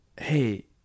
Hey